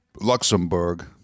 Luxembourg